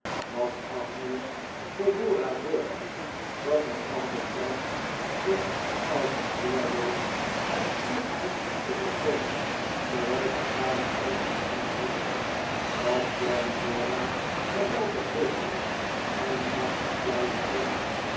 dat agnes voor dora zorgt dat mijn tante tracht zich als een voorbeeld van stugheid te vertoonen terwijl de tranen over haar wangen rollen dat kleine dora geweldig beeft en zachtjes fluisterend